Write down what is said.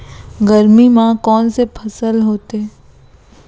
गरमी मा कोन से फसल होथे?